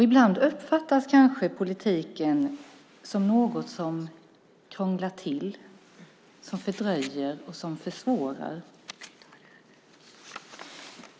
Ibland uppfattas kanske politiken som något som krånglar till, fördröjer och försvårar.